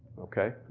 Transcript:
okay.